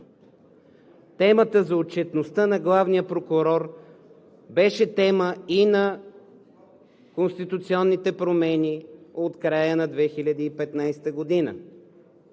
Темата за отчетността на главния прокурор беше тема и на конституционните промени от края на 2015 г.